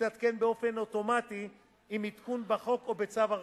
ותתעדכן באופן אוטומטי עם עדכון בחוק או בצו הרחבה.